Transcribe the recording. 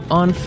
on